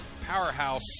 powerhouse